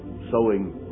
sowing